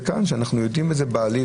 וכאן כשאנחנו יודעים את זה בעליל,